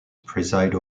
preside